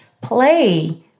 play